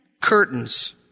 curtains